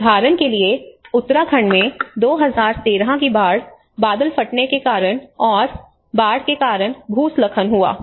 उदाहरण के लिए उत्तराखंड में 2013 की बाढ़ बादल फटने के कारण आई और बाढ़ के कारण भूस्खलन हुआ